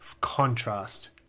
contrast